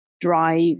drive